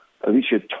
Alicia